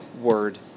Word